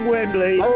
Wembley